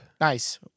Nice